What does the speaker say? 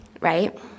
right